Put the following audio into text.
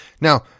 Now